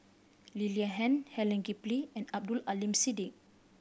Lee Li Han Helen Gilbey and Abdul Aleem Siddique